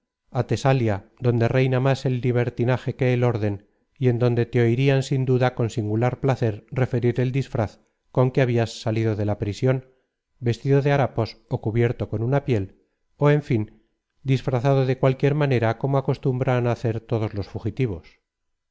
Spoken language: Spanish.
á tesalia donde reina más el libertinaje que el orden y en donde te oirían sin duda con singular placer referir el disfraz con que habias salido de la prisión vestido de hatapos ó cubierto con una piel ó en fin disfrazado de cualquier manera como acostumbran á hacer todos los fugitivos